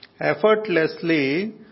effortlessly